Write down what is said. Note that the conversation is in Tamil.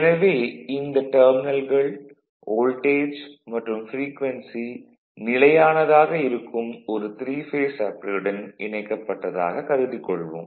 எனவே இந்த டெர்மினல்கள் வோல்டேஜ் மற்றும் ப்ரீக்வென்சி நிலையானதாக இருக்கும் ஒரு 3 பேஸ் சப்ளையுடன் இணைக்கப்பட்டதாக கருதிக் கொள்வோம்